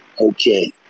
Okay